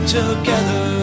together